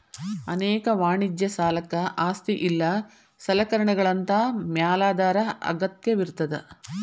ಅನೇಕ ವಾಣಿಜ್ಯ ಸಾಲಕ್ಕ ಆಸ್ತಿ ಇಲ್ಲಾ ಸಲಕರಣೆಗಳಂತಾ ಮ್ಯಾಲಾಧಾರ ಅಗತ್ಯವಿರ್ತದ